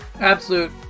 absolute